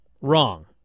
wrong